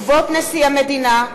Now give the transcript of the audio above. כבוד נשיא המדינה!